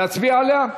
להצביע עליה?